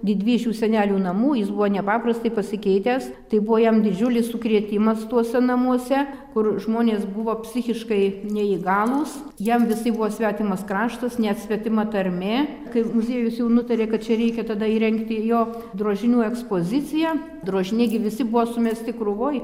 didvyžių senelių namų jis buvo nepaprastai pasikeitęs tai buvo jam didžiulis sukrėtimas tuose namuose kur žmonės buvo psichiškai neįgalūs jam visai buvo svetimas kraštas net svetima tarmė kai muziejus jau nutarė kad čia reikia tada įrengti jo drožinių ekspoziciją drožiniai gi visi buvo sumesti krūvoj